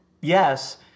yes